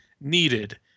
Needed